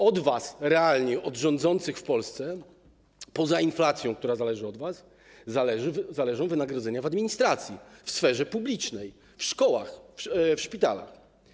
Od was, od rządzących w Polsce, poza inflacją, która zależy od was, realnie zależą wynagrodzenia w administracji, w sferze publicznej, w szkołach, w szpitalach.